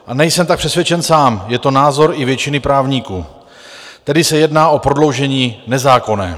A nejsem tak přesvědčen sám, je to názor i většiny právníků, tedy se jedná o prodloužení nezákonné.